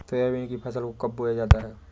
Soybean की फसल को कब बोया जाता है?